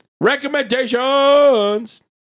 Recommendations